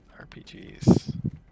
RPGs